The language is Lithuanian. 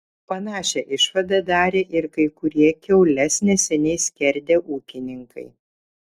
panašią išvadą darė ir kai kurie kiaules neseniai skerdę ūkininkai